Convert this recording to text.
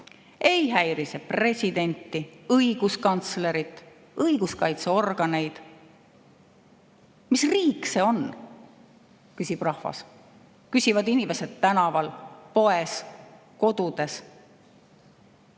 Ei häiri see presidenti, õiguskantslerit, õiguskaitseorganeid. "Mis riik see on?" küsib rahvas, küsivad inimesed tänaval, poes, kodudes.